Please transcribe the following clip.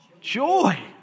joy